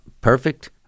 perfect